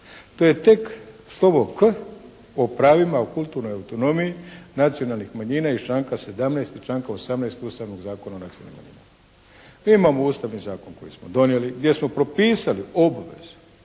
To je tek slovo "P" o pravima o kulturnoj autonomiji nacionalnih manjina iz članka 17. i članka 18. Ustavnog zakona o nacionalnim manjinama. Mi imamo Ustavni zakon koji smo donijeli gdje smo propisali obveze